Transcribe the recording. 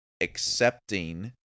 accepting